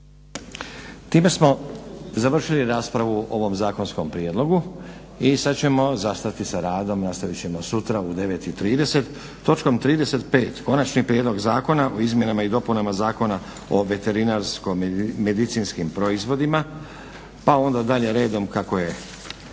Time smo završili raspravu o ovom zakonskom prijedlogu i sad ćemo zastati s radom, nastavit ćemo sutra u 9,30 točkom 35. Konačni prijedlog zakona o izmjenama i dopunama Zakona o veterinarsko-medicinskim proizvodima pa onda dalje redom kako je